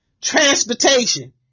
Transportation